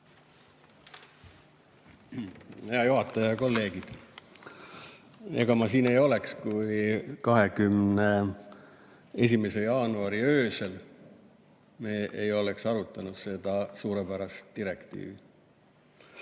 Head kolleegid! Ega ma siin ei oleks, kui me 21. jaanuari öösel ei oleks arutanud seda suurepärast direktiivi.